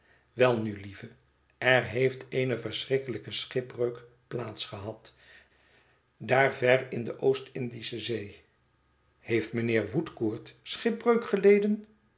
welnu lieve er heeft eene vreeselijke schipbreuk plaats gehad daar ver in de oost indische zee heeft mijnheer woodcourt schipbreuk geleden